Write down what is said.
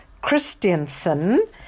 christiansen